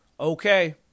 Okay